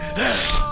this